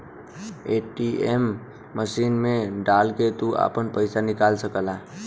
ATM machine मे डाल के तू आपन पइसा निकाल सकला